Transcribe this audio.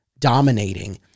dominating